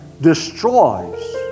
destroys